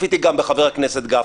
צפיתי גם בחבר הכנסת גפני,